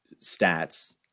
stats